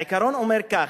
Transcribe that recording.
העיקרון אומר כך,